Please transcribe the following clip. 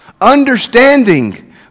understanding